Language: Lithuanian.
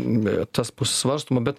tas bus svarstoma bet